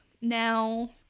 now